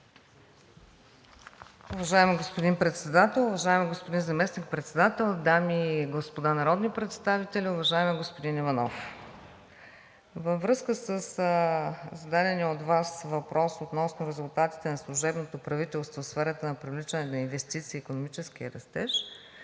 Уважаеми господин Председател, уважаеми господин Заместник-председател, дами и господа народни представители! Уважаеми господин Иванов, във връзка със зададения от Вас въпрос относно резултатите на служебното правителство в сферата на привличане на инвестиции в икономическия растеж